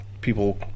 people